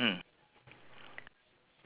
there is a grey